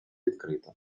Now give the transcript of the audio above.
відкрито